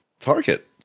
target